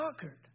conquered